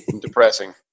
Depressing